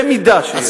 במידה שיש לי.